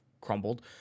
crumbled